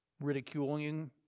ridiculing